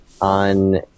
on